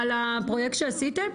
לפרויקט שעשיתן?